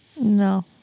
No